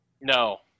No